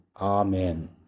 Amen